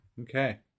Okay